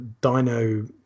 Dino